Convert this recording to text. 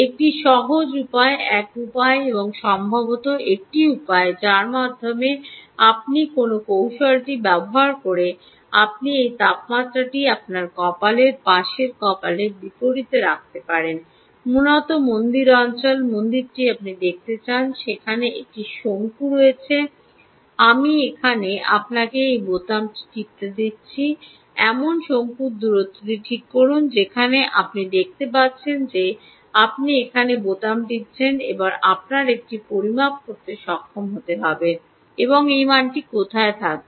একটি সহজ উপায় এক উপায় এবং সম্ভবত একটি উপায় যার মাধ্যমে আপনি কোন কৌশলটি ব্যবহার করে আপনি এই তাপমাত্রাটি আপনার কপালের পাশের কপালের বিপরীতে রাখেন মূলত মন্দির অঞ্চল মন্দিরটি আপনি দেখতে চান সেখানে একটি শঙ্কু রয়েছে আমি এখানে আপনি এই বোতামটি টিপুন এমন শঙ্কুর দূরত্বটি ঠিক করুন যেখানে আপনি দেখতে পাচ্ছেন যে আপনি এখানে বোতাম টিপছেন এবং আপনার একটি পরিমাপ করতে সক্ষম হতে হবে এবং এই মানটি কোথায় আসবে